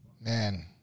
man